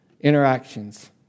interactions